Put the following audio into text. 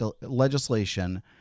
legislation